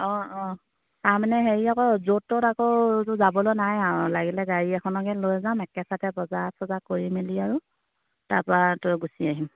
অঁ অঁ তাৰমানে হেৰি আকৌ য'ত ত'ত আকৌ যাবলৈ নাই আৰু লাগিলে গাড়ী এখনকে লৈ যাম একে চোতে বজাৰ চজাৰ কৰি মেলি আৰু তাৰপৰা তই গুচি আহিম